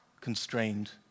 constrained